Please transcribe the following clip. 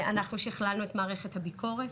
אנחנו שכללנו את מערכת הביקורת,